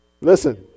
Listen